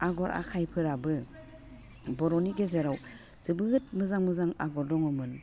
आग'र आखाइफोराबो बर'नि गेजेराव जोबोद मोजां मोजां आग'र दङमोन